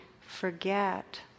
forget